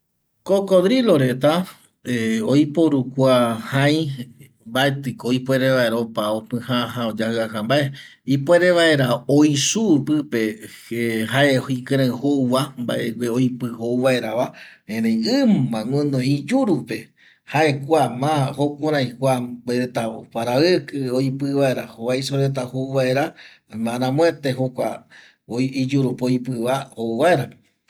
Kokodrilo reta oiporu kua jai mbaetiko ipuere vaera opa opƚjaja oyajƚaka mbae ipuere vaera oisu pƚpe jae ikƚreƚ jae jouva mbaegue oipƚ jou vaerava erei ƚma guƚnoi iyurupe jae kua ma jukurai kua retga oparaƚkƚ oipƚ vaera jovaiso reta jou vaera jaema aramüete mbae iyurupe oipƚva jou vaera